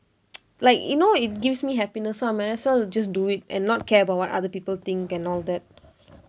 like you know it gives me happiness so I might as well just do it and not care about what other people think and all that